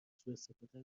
سوءاستفاده